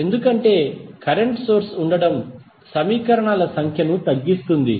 ఎందుకంటే current source ఉండటం సమీకరణాల సంఖ్యను తగ్గిస్తుంది